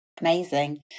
Amazing